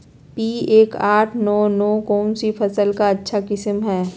P एक आठ नौ नौ कौन सी फसल का अच्छा किस्म हैं?